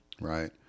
right